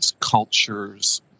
culture's